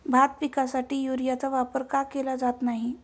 भात पिकासाठी युरियाचा वापर का केला जात नाही?